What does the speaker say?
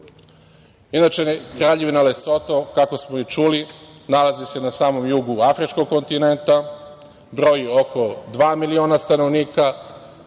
Kraljevina Lesoto, kako smo i čuli nalazi se na samom jugu afričkog kontinenta, broji oko dva miliona stanovnika,